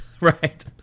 right